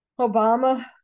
Obama